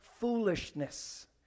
foolishness